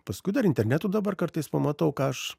paskui dar internetu dabar kartais pamatau ką aš